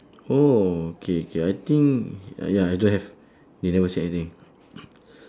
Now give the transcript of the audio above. oh okay K I think ah ya I don't have they never say anything